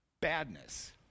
badness